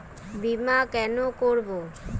বিমা কেন করব?